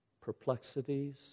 perplexities